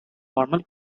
formal